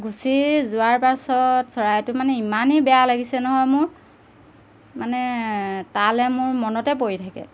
গুচি যোৱাৰ পাছত চৰাইটো মানে ইমানেই বেয়া লাগিছে নহয় মোৰ মানে তালৈ মোৰ মনতে পৰি থাকে